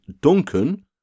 duncan